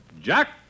Jack